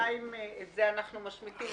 השאלה אם את זה אנחנו משמיטים